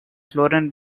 chlorine